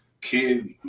Kid